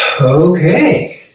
Okay